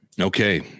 Okay